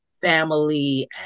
family